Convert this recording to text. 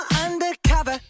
undercover